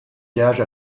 gage